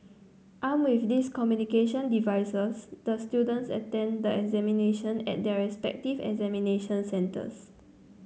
armed with these communication devices the students attended the examination at their respective examination centres